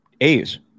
A's